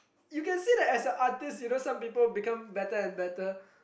you can see as a artist you know some people become better and better